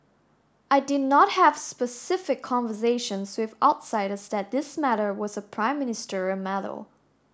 I did not have specific conversations with outsiders that this matter was a prime ministerial matter